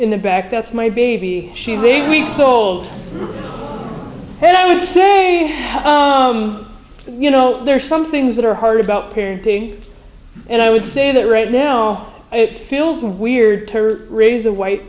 in the back that's my baby she's eight weeks old and i would say you know there are some things that are hard about parenting and i would say that right now it feels weird to her raise a white